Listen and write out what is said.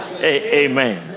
Amen